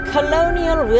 Colonial